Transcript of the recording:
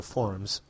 Forums